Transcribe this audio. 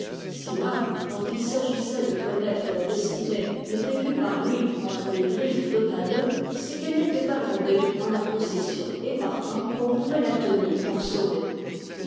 si l'âme dont il s'agissait de connaître la destinée n'était vue par lui entre les griffes d'aucun d'eux c'est qu'elle n'était pas tombée en leur possession et partant qu'on pouvait la tenir pour sauvée